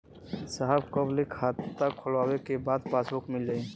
साहब कब ले खाता खोलवाइले के बाद पासबुक मिल जाई?